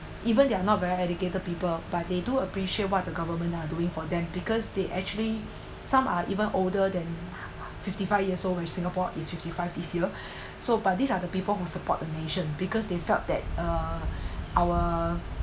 even they are not very educated people but they do appreciate what the government are doing for them because they actually some are even older than fifty five years old which singapore is fifty five this year so but these are the people who support the nation because they felt that uh our